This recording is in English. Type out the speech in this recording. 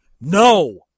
No